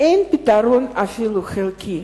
אין פתרון, אפילו חלקי,